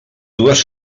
dues